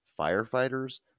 firefighters